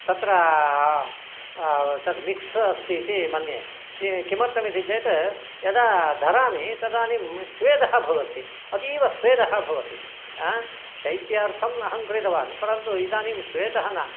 तत्र तत् मिक्स् अस्ति इति मन्ये किमर्थम् इति चेत् यदा धरामि तदानीं स्वेदः भवति अतीवस्वेदः भवति शैत्यार्थम् अहं क्रीतवान् परन्तु इदानीं स्वेदः न